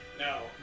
No